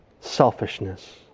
selfishness